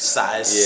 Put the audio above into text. size